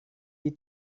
die